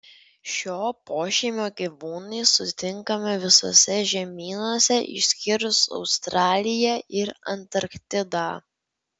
šio pošeimio gyvūnai sutinkami visuose žemynuose išskyrus australiją ir antarktidą